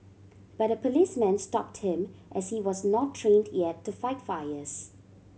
but a policeman stopped him as he was not trained yet to fight fires